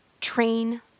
train